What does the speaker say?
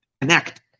connect